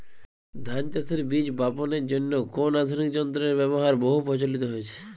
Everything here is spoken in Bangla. ধান চাষের বীজ বাপনের জন্য কোন আধুনিক যন্ত্রের ব্যাবহার বহু প্রচলিত হয়েছে?